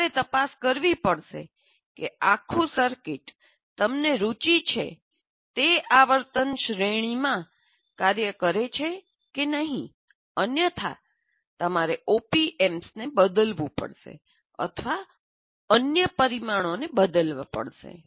તમારે તપાસ કરવી પડશે કે આખું સર્કિટ તમને રુચિ છે તે આવર્તન શ્રેણીમાં કાર્ય કરે છે કે નહીં અન્યથા તમારે ઓપી એમ્પ્સને બદલવું પડશે અથવા કેટલાક અન્ય પરિમાણોને બદલવું પડશે